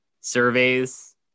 surveys